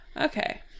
Okay